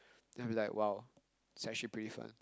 then I'll be like !wow! it's actually pretty fun